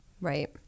Right